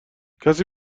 کسی